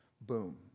boom